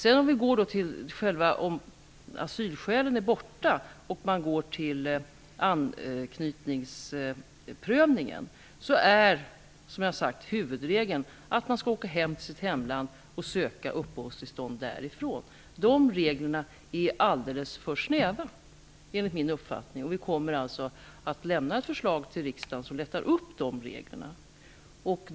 Om man sedan går ifrån asylskälen och går över på anknytningsprövningen är huvudregeln, som jag har sagt, att man skall åka till sitt hemland och söka uppehållstillstånd därifrån. De reglerna är alldeles för snäva, enligt min uppfattning. Vi kommer att lämna ett förslag till riksdagen som lättar upp de reglerna.